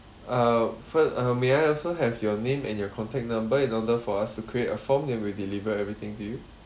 uh fur~ uh may I also have your name and your contact number in order for us to create a form then we'll deliver everything to you